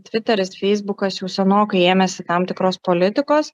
tviteris feisbukas jau senokai ėmėsi tam tikros politikos